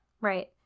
Right